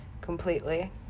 completely